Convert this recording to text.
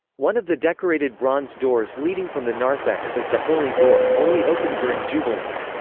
one of the decorated bronze doors leading from the narthex is the holy door, only opened during jubilees.